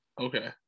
Okay